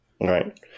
Right